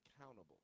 Accountable